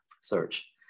search